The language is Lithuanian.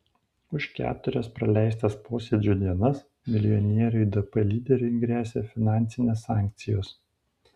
už keturias praleistas posėdžių dienas milijonieriui dp lyderiui gresia finansinės sankcijos